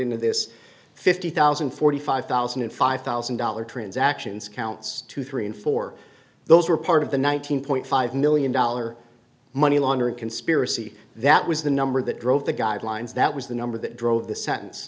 into this fifty thousand and forty five thousand and five thousand dollar transactions counts to three and four those were part of the nineteen point five million dollar money laundering conspiracy that was the number that drove the guidelines that was the number that drove the sentence